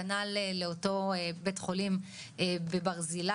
כנ"ל לאותו בית חולים בברזילי,